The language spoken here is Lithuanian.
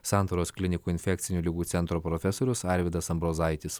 santaros klinikų infekcinių ligų centro profesorius arvydas ambrozaitis